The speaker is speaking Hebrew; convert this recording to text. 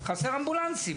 חסרים אמבולנסים.